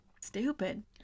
stupid